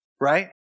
right